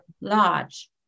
large